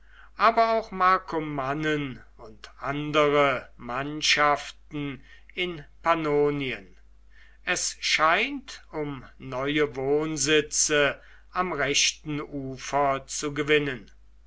aber auch markomannen und andere mannschaften in pannonien es scheint um neue wohnsitze am rechten ufer zu gewinnen